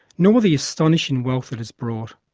nor the astonishing wealth it has brought.